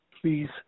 Please